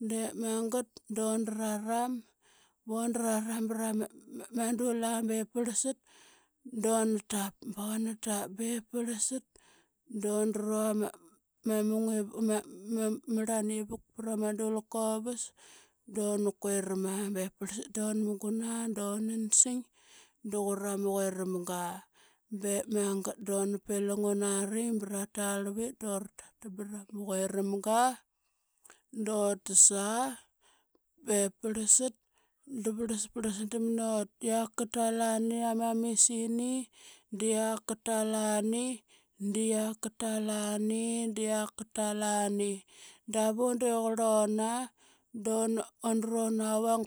Dep magat durararam, bona raram brama, ma dul aa bep pralsat, dun tap bon tap bep parlsat. Dundru ama marlan ivuk pra ma dulkovas sana kuiram aa bep parlsat don mugun aa dunansing da qurama quiram ga. Bep magat dona pilang unari ba ra tarlvit dura tatmbarama quiramga dutas aa bep parlsat da vrlasprlasdam nut. Qiak katal ani am misni da qiak katal anai, da qiak katal ani. Davun de qurluna duna, un dranuvang